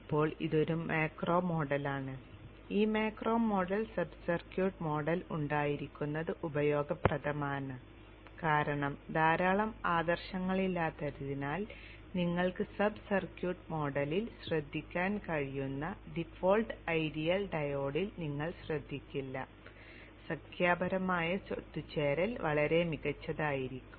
ഇപ്പോൾ ഇതൊരു മാക്രോ മോഡലാണ് ഈ macro model sub circuit model ഉണ്ടായിരിക്കുന്നത് ഉപയോഗപ്രദമാണ് കാരണം ധാരാളം ആദർശങ്ങളില്ലാത്തതിനാൽ നിങ്ങൾക്ക് സബ് സർക്യൂട്ട് മോഡലിൽ ശ്രദ്ധിക്കാൻ കഴിയുന്ന ഡിഫോൾട്ട് ഐഡിയൽ ഡയോഡിൽ നിങ്ങൾ ശ്രദ്ധിക്കില്ല സംഖ്യാപരമായ ഒത്തുചേരൽ വളരെ മികച്ചതായിരിക്കും